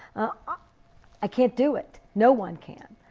ah i can't do it. no one can.